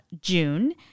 June